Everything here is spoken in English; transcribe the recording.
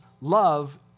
love